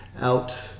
out